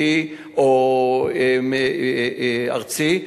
שנתי או ארצי,